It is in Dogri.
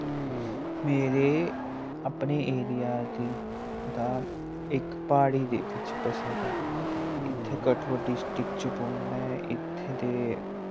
मेरे अपने एरिया दी दा इक प्हाड़ी दे बिच्च बसे दा ऐ इत्थै कठुआ डिस्टिक च पौंदा ऐ इत्थे दे